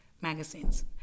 magazines